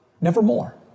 Nevermore